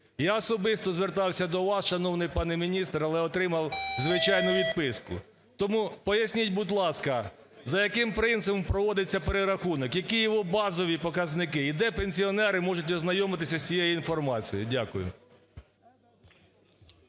Я особисто звертався до вас, шановний пане міністр, але отримав звичайну відписку. Тому поясніть, будь ласка, за яким принципом проводиться перерахунок? Які його базові показники і де пенсіонери можуть ознайомитись з цією інформацією? Дякую.